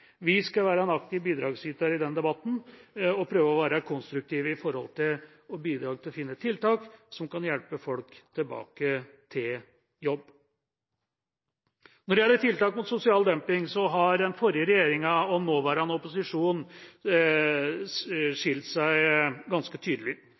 Vi skal være en aktiv bidragsyter i den debatten og prøve å være konstruktive når det gjelder å finne tiltak som kan hjelpe folk tilbake til jobb. Når det gjelder tiltak mot sosial dumping, har den forrige regjeringa og nåværende opposisjon